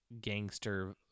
gangster